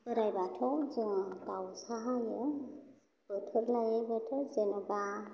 बोराइ बाथौ जोङो दावसा हायो बोथोर लायै बोथोर जेन'बा